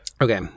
Okay